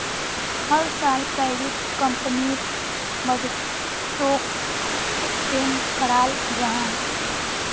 हर साल प्राइवेट कंपनीर बजटोक ओपन कराल जाहा